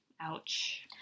Ouch